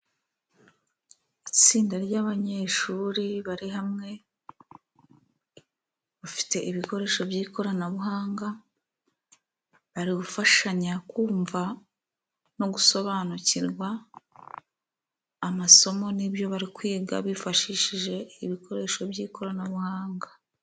Itsinda ry'abanyeshuri bari hamwe, bafite ibikoresho by'ikoranabuhanga, bari gufashanya kumva no gusobanukirwa amasomo n'ibyo bari kwiga, bifashishije ibikoresho by'ikoranabuhanga.